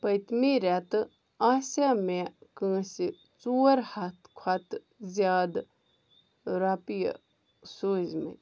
پٔتمہِ ریٚتہٕ آسیٛاہ مےٚ کٲنٛسہِ ژور ہتھ کھۄتہٕ زِیٛادٕ رۄپیہِ سوٗزمِتۍ